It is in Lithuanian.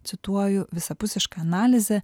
cituoju visapusišką analizę